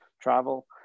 travel